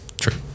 True